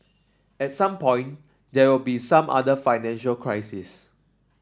at some point there will be some other financial crises